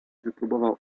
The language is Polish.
wypróbował